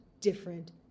different